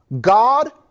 God